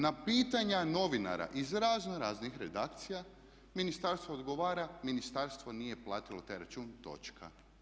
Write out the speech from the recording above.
Na pitanja novinara iz razno raznih redakcija ministarstvo odgovara ministarstvo nije platilo taj račun točka.